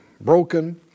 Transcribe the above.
Broken